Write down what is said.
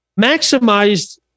maximized